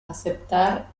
aceptar